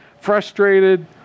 frustrated